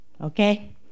Okay